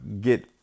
get